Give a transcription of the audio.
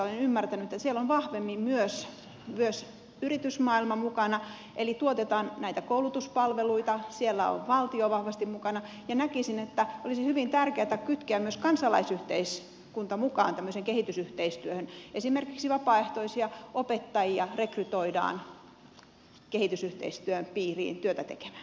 olen ymmärtänyt että esimerkiksi saksassa on vahvemmin myös yritysmaailma mukana eli tuotetaan näitä koulutuspalveluita siellä on valtio vahvasti mukana ja näkisin että olisi hyvin tärkeätä kytkeä myös kansalaisyhteiskunta mukaan tämmöiseen kehitysyhteistyöhön esimerkiksi vapaaehtoisia opettajia rekrytoidaan kehitysyhteistyön piiriin työtä tekemään